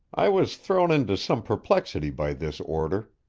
i was thrown into some perplexity by this order.